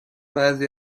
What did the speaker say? بعضی